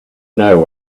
know